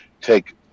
Take